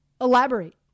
elaborate